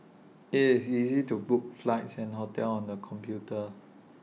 IT is easy to book flights and hotels on the computer